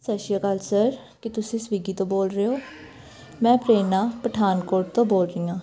ਸਤਿ ਸ਼੍ਰੀ ਅਕਾਲ ਸਰ ਕੀ ਤੁਸੀਂ ਸਵਿਗੀ ਤੋਂ ਬੋਲ ਰਹੇ ਹੋ ਮੈਂ ਪ੍ਰੇਰਨਾ ਪਠਾਨਕੋਟ ਤੋਂ ਬੋਲ ਰਹੀ ਹਾਂ